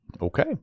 Okay